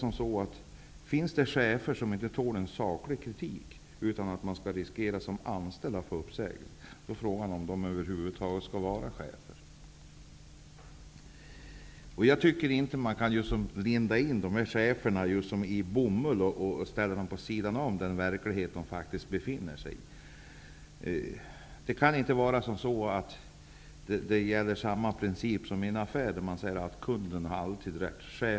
Om det finns chefer som inte tål saklig kritik utan att man som anställd skall riskera att bli uppsagd, är frågan om de över huvud taget skall vara chefer. Man kan inte linda in dessa chefer i bomull och ställa dem vid sidan av den verklighet de faktiskt befinner sig i. Det kan inte gälla samma princip som i en affär, där man säger att kunden alltid har rätt.